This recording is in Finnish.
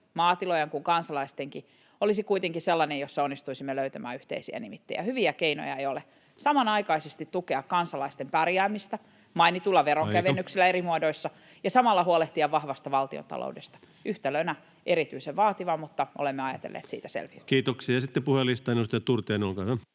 maatilojen kuin kansalaistenkin, olisi kuitenkin sellainen, jossa onnistuisimme löytämään yhteisiä nimittäjiä. Hyviä keinoja ei ole. Samanaikaisesti tulee tukea kansalaisten pärjäämistä mainituilla veronkevennyksillä [Puhemies: Aika!] eri muodoissa ja samalla huolehtia vahvasta valtiontaloudesta. Yhtälönä tämä on erityisen vaativa, mutta olemme ajatelleet siitä selviytyä. [Speech 116] Speaker: Ensimmäinen varapuhemies Antti